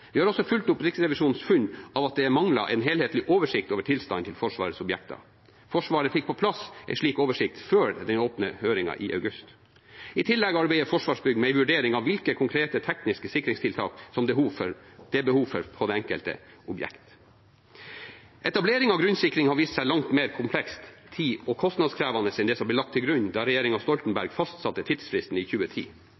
Vi har også fulgt opp Riksrevisjonens funn av at det manglet en helhetlig oversikt over tilstanden til Forsvarets objekter. Forsvaret fikk på plass en slik oversikt før den åpne høringen i august. I tillegg arbeider Forsvarsbygg med en vurdering av hvilke konkrete tekniske sikringstiltak som det er behov for på det enkelte objekt. Etablering av grunnsikring har vist seg langt mer komplekst, tid- og kostnadskrevende enn det som ble lagt til grunn da